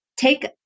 Take